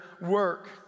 work